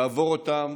לעבור אותם